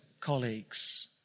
colleagues